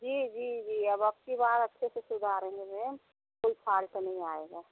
जी जी जी अब अबकी बार अच्छे से सुधारेंगे मेम कोई फाल्ट नहीं आएगा